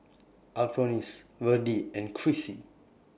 Alphonse Virdie and Chrissy